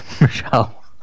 Michelle